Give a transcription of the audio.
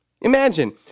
Imagine